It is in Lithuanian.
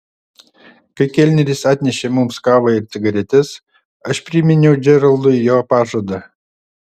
kai kelneris atnešė mums kavą ir cigaretes aš priminiau džeraldui jo pažadą